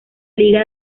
liga